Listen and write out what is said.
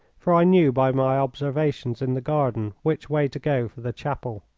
for i knew by my observations in the garden which way to go for the chapel.